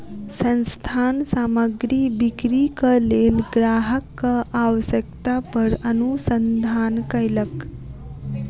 संस्थान सामग्री बिक्रीक लेल ग्राहकक आवश्यकता पर अनुसंधान कयलक